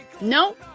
No